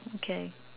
can